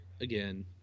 again